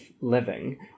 living